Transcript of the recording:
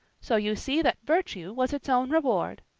so you see that virtue was its own reward.